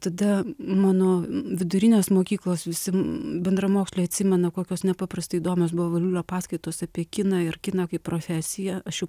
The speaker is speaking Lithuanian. tada mano vidurinės mokyklos visi bendramoksliai atsimena kokios nepaprastai įdomios buvo valiulio paskaitos apie kiną ir kiną kaip profesiją aš jau